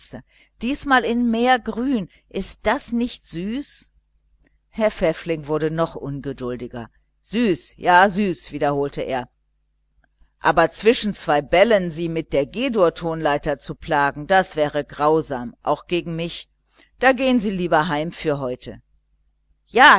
diesmal in meergrün ist das nicht süß herr pfäffling sprang vom stuhl auf süß ja süß wiederholte er aber zwischen zwei bällen sie mit der g dur tonleiter zu plagen das wäre grausam vielleicht auch gegen mich da gehen sie lieber heim für heute ja